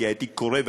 כי הייתי קורא אותה.